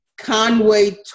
Conway